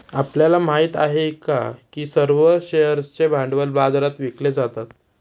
आपल्याला माहित आहे का की सर्व शेअर्सचे भांडवल बाजारात विकले जातात?